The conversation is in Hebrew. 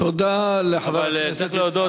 תודה לחבר הכנסת,